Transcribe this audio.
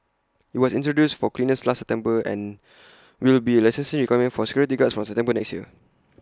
IT was introduced for cleaners last September and will be A licensing requirement for security guards from September next year